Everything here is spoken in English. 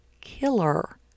killer